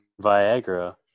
Viagra